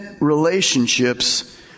relationships